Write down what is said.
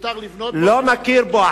שמותר לבנות, לא מכיר בו.